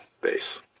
base